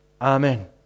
Amen